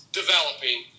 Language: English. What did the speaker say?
developing